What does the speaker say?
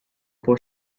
poi